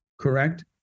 correct